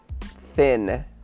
thin